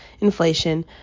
inflation